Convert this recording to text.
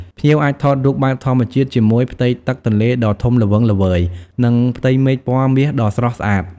ភ្ញៀវអាចថតរូបបែបធម្មជាតិជាមួយផ្ទៃទឹកទន្លេដ៏ធំល្វឹងល្វើយ និងផ្ទៃមេឃពណ៌មាសដ៏ស្រស់ស្អាត។